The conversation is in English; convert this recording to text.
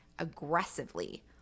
aggressively